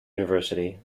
university